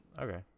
Okay